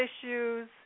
issues